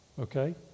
Okay